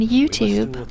YouTube